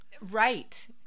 Right